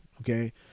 okay